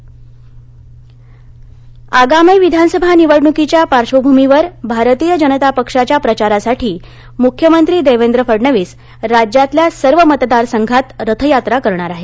मुख्यमंत्री रथ यात्रा आगामी विधानसभा निवडणुकीच्या पार्कभुमीवर भारतीय जनता पक्षाच्या प्रचारासाठी मुख्यमंत्री देवेंद्र फडणवीस राज्यातल्या सर्व मतदारसंघात रथ यात्रा करणार आहेत